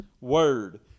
Word